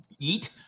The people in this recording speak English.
eat